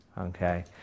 okay